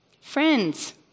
friends